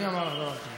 מי אמר לך דבר כזה?